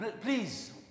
Please